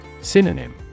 Synonym